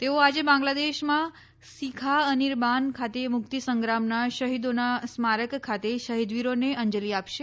તેઓ આજે બાંગ્લાદેશમાં સિખા અનીરબાન ખાતે મુક્તિ સંગ્રામના શહીદોના સ્મારક ખાતે શહીદવીરોને અંજલિ આપશે